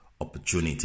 opportunity